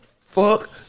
Fuck